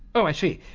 oh, i see.